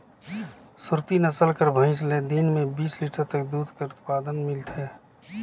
सुरती नसल कर भंइस ले दिन में बीस लीटर तक दूद कर उत्पादन मिलथे